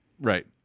Right